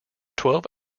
twelve